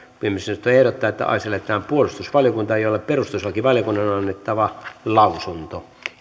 puhemiesneuvosto ehdottaa että asia lähetetään puolustusvaliokuntaan jolle perustuslakivaliokunnan on annettava lausunto